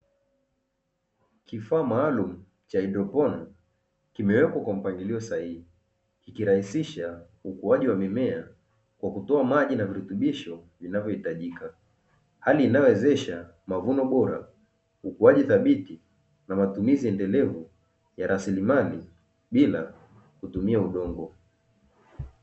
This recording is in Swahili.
Kifaa maalumu cha haidroponi kimewekwa kwa mpangilio sahihi ikirahisisha ukuaji wa mimea kwa kutoa maji na virutubisho vinavyohitajika; hali inayowezesha mavuno bora, ukuaji thabiti na matumizi endelevu ya rasilimali bila kutumia udongo.